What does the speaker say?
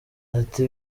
ati